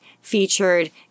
featured